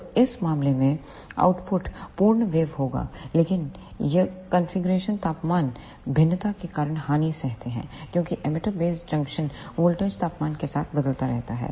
तो इस मामले में आउटपुट पूर्ण वेव होगा लेकिन य कॉन्फ़िगरेशन तापमान भिन्नता के कारण हानि सहते हैं क्योंकि एमिटर बेस जंक्श वोल्टेज तापमान के साथ बदलता रहता है